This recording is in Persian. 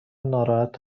ناراحت